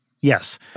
Yes